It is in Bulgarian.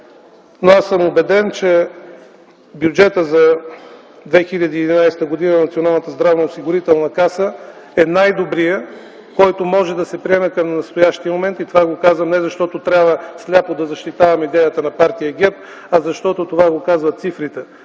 но аз съм убеден, че бюджетът на Националната здравноосигурителна каса за 2011 г. е най-добрият, който може да се приеме към настоящия момент. И казвам това не защото трябва сляпо да защитавам идеята на партия ГЕРБ, а защото това казват цифрите.